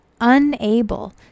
unable